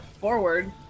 forward